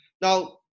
Now